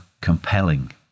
compelling